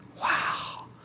Wow